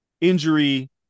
injury